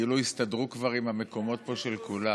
כאילו הסתדרו פה כבר עם המקומות של כולם.